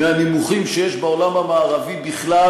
מהנמוכים שיש בעולם המערבי בכלל.